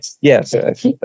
Yes